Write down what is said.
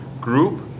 group